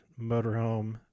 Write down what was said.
motorhome